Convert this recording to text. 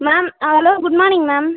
ma'am hello good morning ma'am